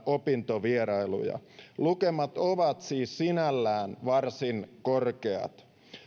opintovierailuja lukemat ovat siis sinällään varsin korkeat